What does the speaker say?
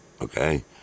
Okay